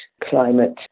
climate